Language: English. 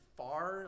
far